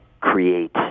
create